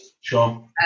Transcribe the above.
Sure